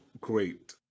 great